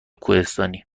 کوهستانی